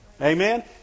Amen